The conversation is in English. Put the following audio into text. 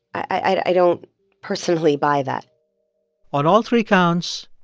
i don't personally buy that on all three counts,